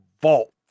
vault